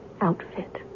outfit